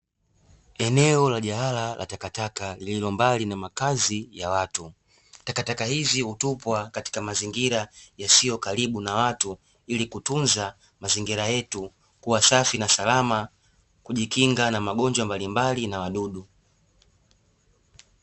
Eneo la jalala la takataka lililo mbali na makazi ya watu. Takataka hizi hutupwa katika mazingira yasiyo karibu na watu ili kutunza mazingira yetu kuwa safi na salama, kujikinga na magonjwa mbalimbali na wadudu.